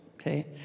Okay